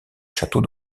châteaux